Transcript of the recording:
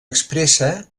expressa